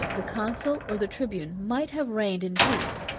the consul or the tribune might have reigned in peace.